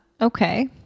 okay